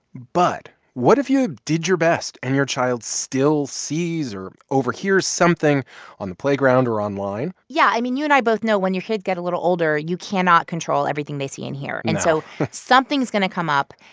but what if you did your best and your child still sees or overhears something on the playground or online? yeah. i mean, you and i both know when your kids get a little older, you cannot control everything they see and hear no and so something's going to come up.